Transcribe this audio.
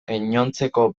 gainontzeko